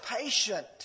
patient